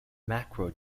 macro